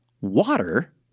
Water